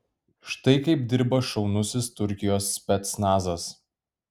štai kaip dirba šaunusis turkijos specnazas